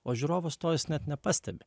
o žiūrovas to jis net nepastebi